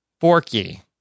Forky